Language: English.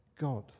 God